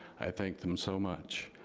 i thank them so much.